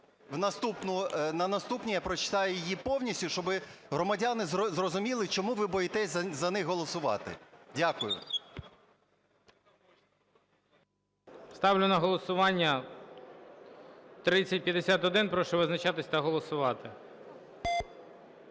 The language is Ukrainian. на наступній я прочитаю її повністю, щоб громадяни зрозуміли, чому ви боїтесь за них голосувати. Дякую. ГОЛОВУЮЧИЙ. Ставлю на голосування 3051. Прошу визначатись та голосувати.